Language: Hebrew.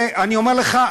אני אומר לך,